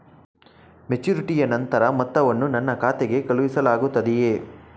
ಮೆಚುರಿಟಿಯ ನಂತರ ಮೊತ್ತವನ್ನು ನನ್ನ ಖಾತೆಗೆ ಕಳುಹಿಸಲಾಗುತ್ತದೆಯೇ?